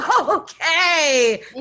okay